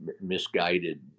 misguided